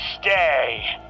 stay